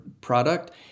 product